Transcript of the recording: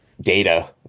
data